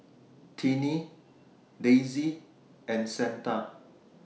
Tiney Daisey and Santa